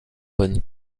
bonne